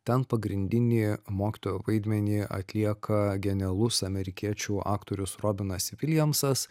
ten pagrindinį mokytojo vaidmenį atlieka genialus amerikiečių aktorius robinas viljamsas